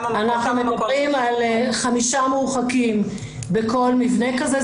אנחנו מדברים על חמישה מורחקים בכל מבנה כזה,